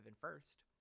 first